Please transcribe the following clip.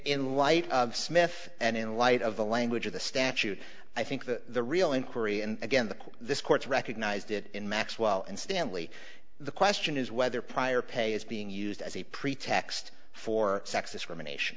in light smith and in light of the language of the statute i think the real inquiry and again the court this court's recognized it in maxwell and stanley the question is whether prior pay is being used as a pretext for sex discrimination